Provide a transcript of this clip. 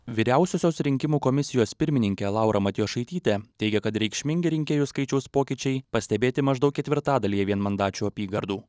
vyriausiosios rinkimų komisijos pirmininkė laura matjošaitytė teigia kad reikšmingi rinkėjų skaičiaus pokyčiai pastebėti maždaug ketvirtadalyje vienmandačių apygardų